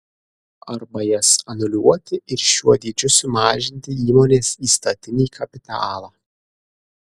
arba jas anuliuoti ir šiuo dydžiu sumažinti įmonės įstatinį kapitalą